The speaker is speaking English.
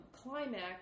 climax